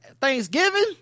thanksgiving